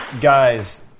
guys